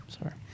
Sorry